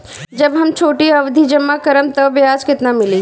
जब हम छोटी अवधि जमा करम त ब्याज केतना मिली?